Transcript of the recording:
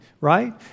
right